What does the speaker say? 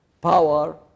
power